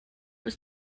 was